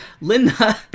Linda